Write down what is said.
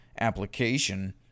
application